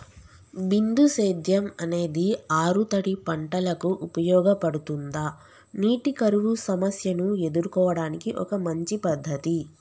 బిందు సేద్యం అనేది ఆరుతడి పంటలకు ఉపయోగపడుతుందా నీటి కరువు సమస్యను ఎదుర్కోవడానికి ఒక మంచి పద్ధతి?